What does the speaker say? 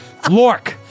Lork